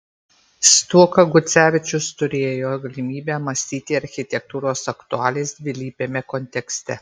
stuoka gucevičius turėjo galimybę mąstyti architektūros aktualijas dvilypiame kontekste